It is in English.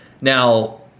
Now